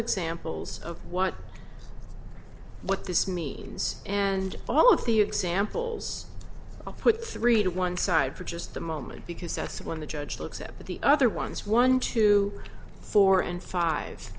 examples of what what this means and all of the examples i'll put three to one side for just a moment because that's when the judge looks at the other ones one two four and five